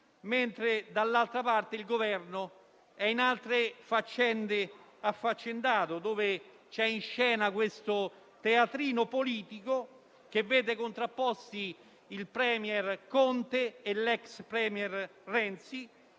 mentre dall'altra parte il Governo è in altre faccende affaccendato, cioè il teatrino politico che vede contrapposti il *premier* Conte e l'ex *premier* Renzi,